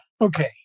Okay